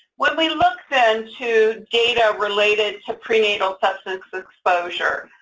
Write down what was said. when we look then to data related to prenatal substance exposure,